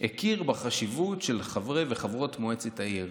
הכיר בחשיבות של חברי וחברות מועצת העיר.